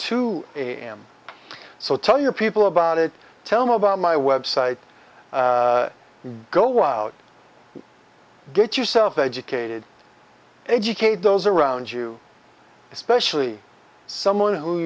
two am so tell your people about it tell me about my website go out get yourself educated educate those around you especially someone who